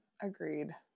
Agreed